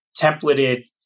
templated